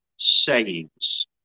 Sayings